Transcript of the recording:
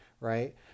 right